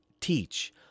teach